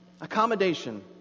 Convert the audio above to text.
accommodation